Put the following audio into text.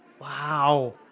wow